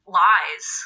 lies